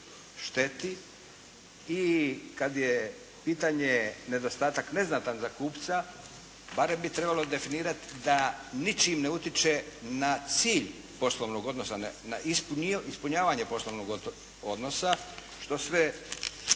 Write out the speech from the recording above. šteti i kad je pitanje nedostatak neznatan za kupca, barem bi trebalo definirati da ničim ne utiče na cilj poslovnog odnosa, na ispunjavanje poslovnog odnosa što sve